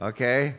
Okay